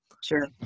Sure